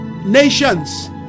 nations